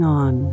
on